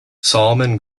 solomon